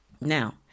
Now